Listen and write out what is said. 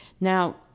Now